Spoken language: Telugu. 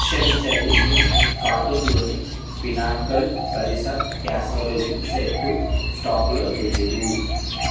క్షమించండి మీ కార్టూన్లోని పినాకల్ పరీసాక్ క్యాసోరిలిన్ సెట్టు స్టాకులో లేదు